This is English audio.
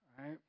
right